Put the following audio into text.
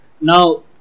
Now